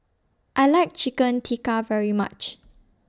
I like Chicken Tikka very much